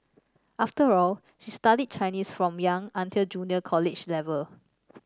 after all she studied Chinese from young until junior college level